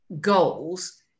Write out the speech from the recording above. goals